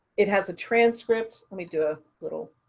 it has a transcript. let me do a little.